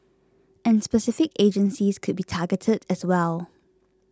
and specific agencies could be targeted as well